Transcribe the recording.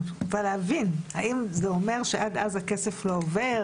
אני רוצה להבין האם זה אומר שעד אז הכסף לא עובר?